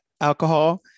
alcohol